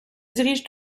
dirigent